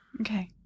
Okay